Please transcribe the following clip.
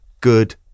good